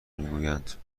میگویند